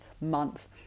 month